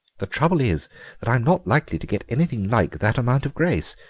the trouble is that i'm not likely to get anything like that amount of grace.